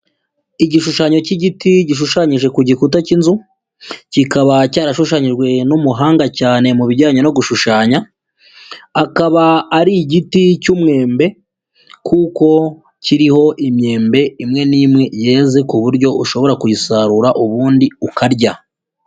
Igishushanyo cy'igiti gishushanyije ku gikuta cy'inzu kikaba cyarashushanyijwe n'umuhanga cyane mu bijyanye no gushushanya, akaba ari igiti cy'umwembe kuko kiriho imyembe imwe n'imwe yeze ku buryo ushobora kuyisarura ubundi ukarya.